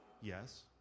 yes